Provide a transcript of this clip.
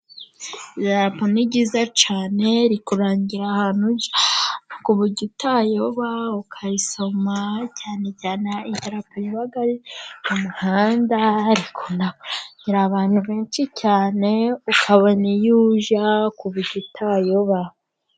ldarapo ni ryiza cyane rikunda kurangira ahantu ku gitayeho ukayisoma cyane cyane hari idarapo yabaga ari umuhanda rikunda kurangira abantu benshi cyane ukabona iyo ujya ku buryo utayoba.